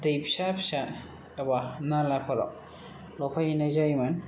दै फिसा फिसा एबा नालाफोराव लावफैहैनाय जायोमोन